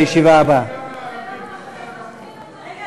שהיה מראשי המתווכים בהשגת הסכם "יום שישי